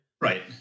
Right